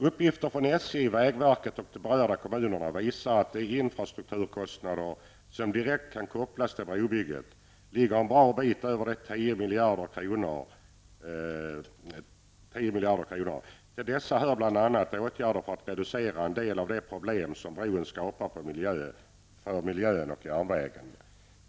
Uppgifter från SJ, vägverket och de berörda kommunerna visar att de infrastrukturkostnader som direkt kan kopplas till brobygget ligger en bra bit över 10 miljarder kronor. Till dessa hör bl.a. åtgärder för att reducera en del av de problem som bron skapar för miljön och järnvägen.